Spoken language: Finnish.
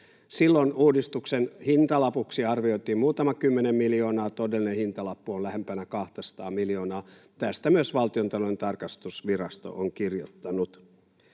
Silloin uudistuksen hintalapuksi arvioitiin muutama kymmenen miljoonaa, mutta todellinen hintalappu on lähempänä 200 miljoonaa. Tästä myös Valtiontalouden tarkastusvirasto on kirjoittanut.